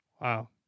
Wow